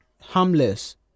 harmless